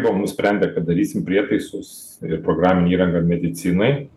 buvom nusprendę kad darysim prietaisus ir programinę įranga medicinai